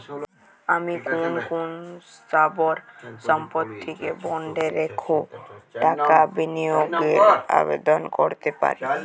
আমি কোন কোন স্থাবর সম্পত্তিকে বন্ডে রেখে টাকা বিনিয়োগের আবেদন করতে পারি?